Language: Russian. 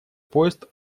поезд